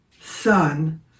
son